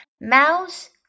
Mouse